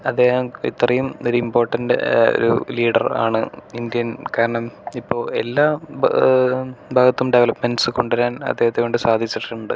അദ്ദേഹം ഇത്രയും ഒരു ഇമ്പോർട്ടൻ്റ് ഒരു ലീഡർ ആണ് ഇന്ത്യൻ കാരണം ഇപ്പോൾ എല്ലാ ഭാഗത്തും ഡെവലപ്മെൻ്റ്സ് കൊണ്ടുവരാൻ അദ്ദേഹത്തെ കൊണ്ട് സാധിച്ചിട്ടുണ്ട്